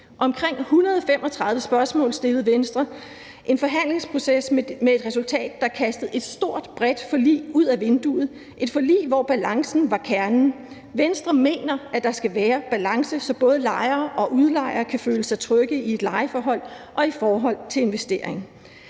Omkring 135 spørgsmål stillede Venstre – en forhandlingsproces med et resultat, der kastede et stort, bredt forlig ud ad vinduet, et forlig, hvor balancen var kernen. Venstre mener, at der skal være balance, så både lejere og udlejere kan føle sig trygge i et lejeforhold og i forhold til investeringer.